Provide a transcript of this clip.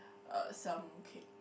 uh sell mooncake